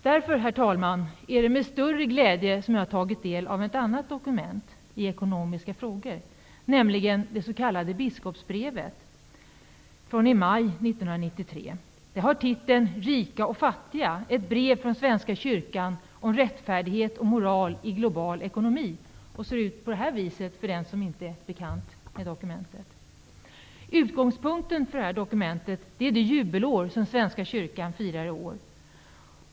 Därför, herr talman, är det med större glädje som jag har tagit del av ett annat dokument i ekonomiska frågor, nämligen det s.k. biskopsbrevet från maj 1993. Det har titeln Rika och fattiga, ett brev från svenska kyrkan om rättfärdighet och moral i global ekonomi. Utgångspunkten för det här dokumentet är det jubelår som Svenska kyrkan firar i år.